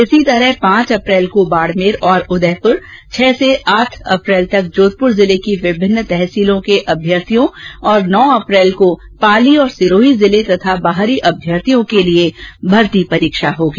इसी तरह पांच अप्रैल को बाड़मेर और उदयपुर छह से आठ अप्रैल तक जोधपुर जिले की विभिन्न तहसीलों के अभ्यर्थी और नौ अप्रैल को पाली और सिरोही जिले तथा बाहरी अभ्यर्थियों की भर्ती के लिये परीक्षा होगी